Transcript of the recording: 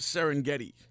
Serengeti